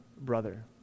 brother